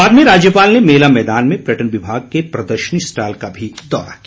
बाद में राज्यपाल ने मेला मैदान में पर्यटन विभाग के प्रदर्शनी स्टॉल का भी दौरा किया